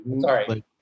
Sorry